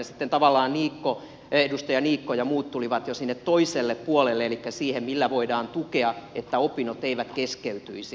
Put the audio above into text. sitten tavallaan edustaja niikko ja muut tulivat jo sinne toiselle puolelle elikkä siihen millä voidaan tukea sitä että opinnot eivät keskeytyisi